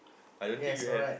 I don't think you have